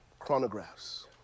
Chronographs